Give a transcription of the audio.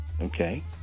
Okay